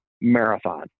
marathon